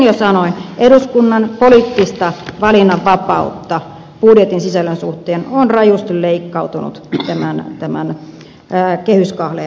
ja kuten jo sanoin eduskunnan poliittinen valinnanvapaus budjetin sisällön suhteen on rajusti leikkautunut tämän kehyskahleen aikana